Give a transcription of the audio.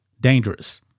dangerous